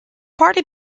party